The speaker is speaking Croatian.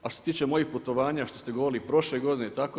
A što se tiče mojih putovanja što ste govorili i prošle godine i tako.